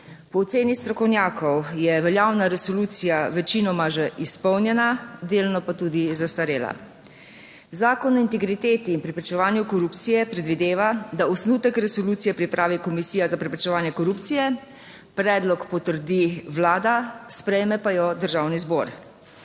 Po oceni strokovnjakov je veljavna resolucija večinoma že izpolnjena, delno pa tudi zastarela. Zakon o integriteti in preprečevanju korupcije predvideva, da osnutek resolucije pripravi Komisija za preprečevanje korupcije, predlog potrdi Vlada, sprejme pa jo Državni zbor.